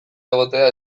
egotea